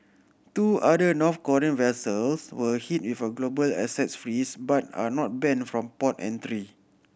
two other North Korean vessels were hit with a global assets freeze but are not banned from port entry